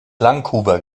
langhuber